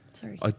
Sorry